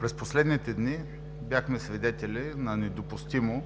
През последните дни бяхме свидетели на недопустимо,